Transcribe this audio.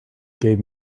gave